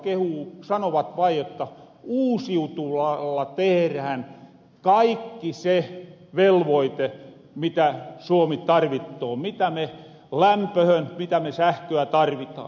kehuu sanovat vain jotta uusiutuvalla tehrähän kaikki se velvoite mitä suomi tarvittoo mitä me lämpöhön mitä me sähköä tarvitaan